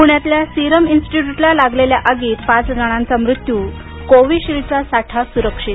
पुण्यातल्या सिरम इन्स्टिट्यूटला लागलेल्या आगीत पाच जणांचा मृत्यू कोविशिल्डचा साठा सुरक्षित